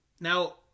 Now